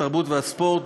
התרבות והספורט,